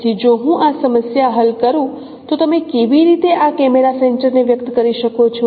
તેથી જો હું આ સમસ્યા હલ કરું તો તમે કેવી રીતે આ કેમેરા સેન્ટર ને વ્યક્ત કરી શકો છો